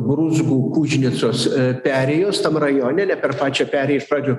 gruzbų kužniecos perėjos tam rajone ne per pačią perėją iš pradžių